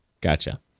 Gotcha